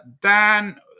Dan